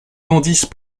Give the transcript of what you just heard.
candice